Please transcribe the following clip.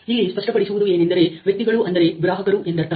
ಇಲ್ಲಿ ಸ್ಪಷ್ಟಪಡಿಸುವುದು ಏನೆಂದರೆ ವ್ಯಕ್ತಿಗಳು ಅಂದರೆ ಗ್ರಾಹಕರು ಎಂದರ್ಥ